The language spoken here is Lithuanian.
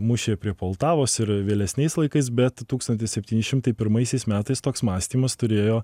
mūšyje prie poltavos ir vėlesniais laikais bet tūkstantis septyni šimtai pirmaisiais metais toks mąstymas turėjo